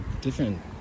different